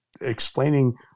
explaining